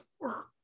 work